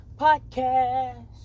podcast